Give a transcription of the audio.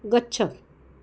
गच्छ